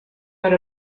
per